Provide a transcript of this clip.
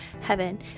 heaven